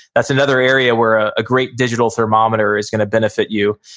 that's another area where a ah great digital thermometer is gonna benefit you.